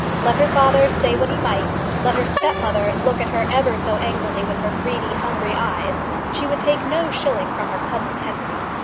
let her father say what he might, let her stepmother look at her ever so angrily with her greedy, hungry eyes, she would take no shilling from her cousin henry.